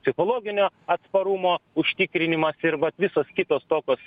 psichologinio atsparumo užtikrinimas ir vat visos kitos tokios